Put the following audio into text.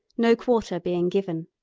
no quarter being given.